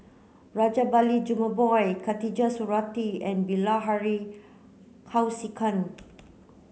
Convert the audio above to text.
Rajabali Jumabhoy Khatijah Surattee and Bilahari Kausikan